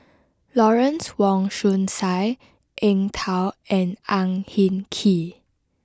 Lawrence Wong Shyun Tsai Eng Tow and Ang Hin Kee